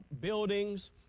buildings